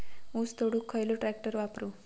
ऊस तोडुक खयलो ट्रॅक्टर वापरू?